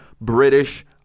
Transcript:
British